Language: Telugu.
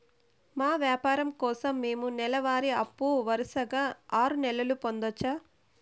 మా వ్యాపారం కోసం మేము నెల వారి అప్పు వరుసగా ఆరు నెలలు పొందొచ్చా?